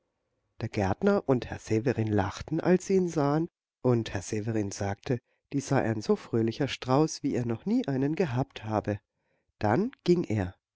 der gärtner und herr severin lachten als sie ihn sahen und herr severin sagte dies sei ein so fröhlicher strauß wie er noch nie einen gehabt habe dann ging er